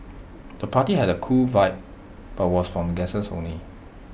the party had A cool vibe but was for guests only